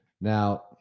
Now